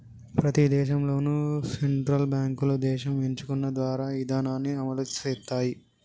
ప్రతి దేశంలోనూ సెంట్రల్ బ్యాంకులు దేశం ఎంచుకున్న ద్రవ్య ఇధానాన్ని అమలు చేత్తయ్